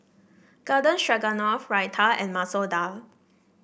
Garden Stroganoff Raita and Masoor Dal